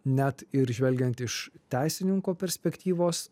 net ir žvelgiant iš teisininko perspektyvos